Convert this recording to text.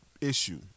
issue